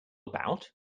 about